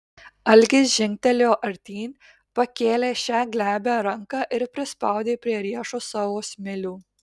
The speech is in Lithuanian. algis žingtelėjo artyn pakėlė šią glebią ranką ir prispaudė prie riešo savo smilių